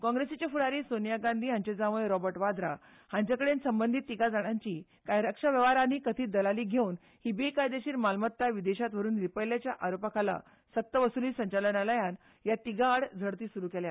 काँग्रेसीचे फुडारी सोनिया गांधी हांचो जांवय रॉबट वाध्रा हांचे कडेन संबंदीत तिगां जाणांनी कांय वेव्हारांनी कथीत दलाली घेवन ही बेकायदेशीर मालमत्ता विदेशांत व्हरून लिपयिल्ल्याच्या आरोपा खाला सक्त वसुली संचालनालयान ह्या तिगां आड झडटी सुरू केली